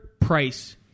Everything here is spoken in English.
price